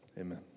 Amen